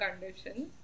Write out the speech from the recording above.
conditions